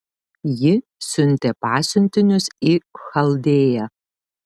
ji siuntė pasiuntinius į chaldėją